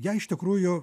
ją iš tikrųjų